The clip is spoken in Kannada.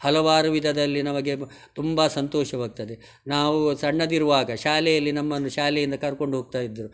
ಹಲವಾರು ವಿಧದಲ್ಲಿ ನಮಗೆ ಬ ತುಂಬ ಸಂತೋಷವಾಗ್ತದೆ ನಾವು ಸಣ್ಣದಿರುವಾಗ ಶಾಲೆಯಲ್ಲಿ ನಮ್ಮನ್ನು ಶಾಲೆಯಿಂದ ಕರ್ಕೊಂಡು ಹೋಗ್ತಾಯಿದ್ರು